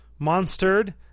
Monstered